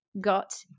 got